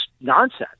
nonsense